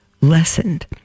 lessened